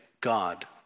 God